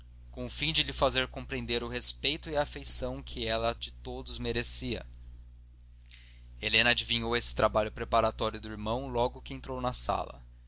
com o fim de lhe fazer compreender o respeito e a afeição que ela de todos merecia helena adivinhou esse trabalho preparatório do irmão logo que entrou na sala